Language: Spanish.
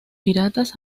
piratas